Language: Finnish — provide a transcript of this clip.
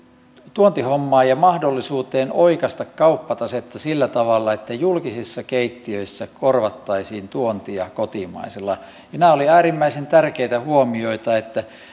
tuontihommaan ja mahdollisuuteen oikaista kauppatasetta sillä tavalla että julkisissa keittiöissä korvattaisiin tuontia kotimaisella nämä olivat äärimmäisen tärkeitä huomioita